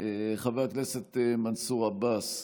חבר הכנסת מנסור עבאס,